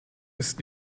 ist